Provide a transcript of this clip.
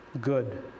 good